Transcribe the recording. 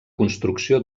construcció